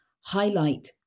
highlight